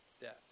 death